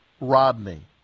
rodney